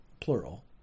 plural